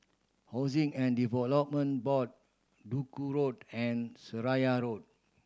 Housing and Development Board Duku Road and Seraya Road